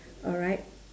alright